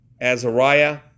Azariah